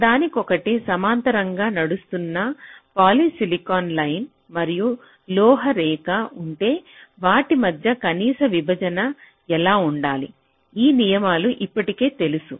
ఒకదానికొకటి సమాంతరంగా నడుస్తున్న పాలిసిలికాన్ లైన్ మరియు లోహ రేఖ ఉంటే వాటి మధ్య కనీస విభజన ఎలా ఉండాలి ఈ నియమాలు ఇప్పటికే తెలుసు